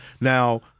Now